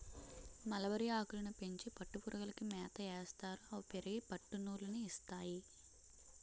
మలబరిఆకులని పెంచి పట్టుపురుగులకి మేతయేస్తారు అవి పెరిగి పట్టునూలు ని ఇస్తాయి